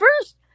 first